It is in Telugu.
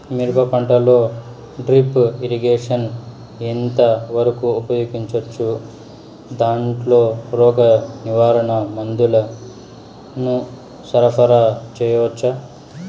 మిరప పంటలో డ్రిప్ ఇరిగేషన్ ఎంత వరకు ఉపయోగించవచ్చు, దాంట్లో రోగ నివారణ మందుల ను సరఫరా చేయవచ్చా?